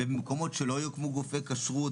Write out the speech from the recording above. במקומות שלא יוקמו גופי כשרות,